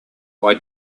why